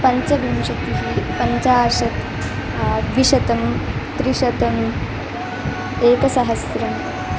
पञ्चविंशतिः पञ्चाशत् द्विशतं त्रिशतम् एकसहस्रम्